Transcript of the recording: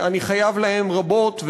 אני חייב להם רבות.